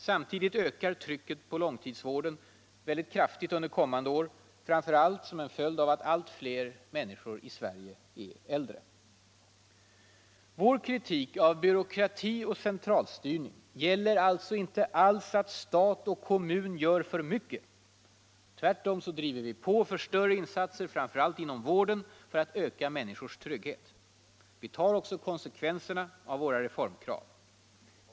Samtidigt ökar trycket på långtidsvården mycket kraftigt under kommande år, framför allt som en följd av att allt fler människor i Sverige är äldre. Vår kritik av byråkrati och centralstyrning gäller alltså inte att stat och kommun gör för mycket. Tvärtom driver vi på för större insatser, framför allt inom vården, för att öka människors trygghet. Vi tar också konsekvenserna av våra reformkrav.